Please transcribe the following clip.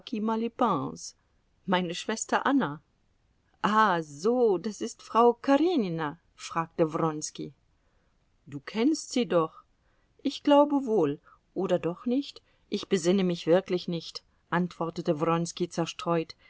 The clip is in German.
meine schwester anna ah so das ist frau karenina fragte wronski du kennst sie doch ich glaube wohl oder doch nicht ich besinne mich wirklich nicht antwortete wronski zerstreut